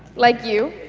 like you,